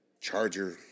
charger